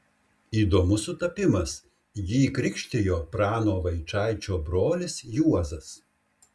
įdomus sutapimas jį krikštijo prano vaičaičio brolis juozas